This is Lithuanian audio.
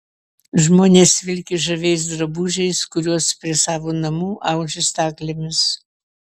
žmonės vilki žaviais drabužiais kuriuos prie savo namų audžia staklėmis